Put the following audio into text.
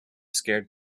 scared